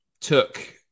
took